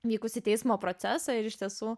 vykusį teismo procesą ir iš tiesų